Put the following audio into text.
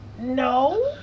no